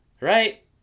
Right